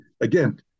again